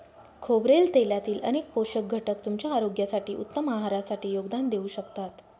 खोबरेल तेलातील अनेक पोषक घटक तुमच्या आरोग्यासाठी, उत्तम आहारासाठी योगदान देऊ शकतात